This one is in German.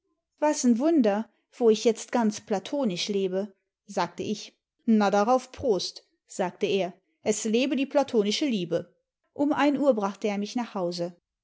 was n wunder wo ich jetzt ganz platonisch lebe sagte ich na darauf prost sagte er es lebe die platonische liebe um ein uhr brachte er mich nach hause